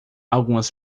algumas